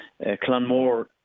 Clanmore